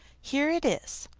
here it is.